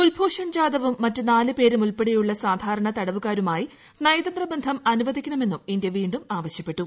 കുൽഭൂഷൺ ജാദവും മറ്റു നാല് പേരും ഉൾപ്പെടെയുള്ള സാധാരണ തടവുകാരുമായി നയതന്ത്ര ബന്ധം അനുവദിക്കണമെന്നും ഇന്ത്യ വീണ്ടും ആവശ്യപ്പെട്ടു